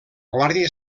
guàrdia